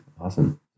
Awesome